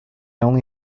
only